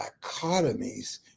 dichotomies